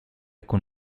con